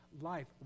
life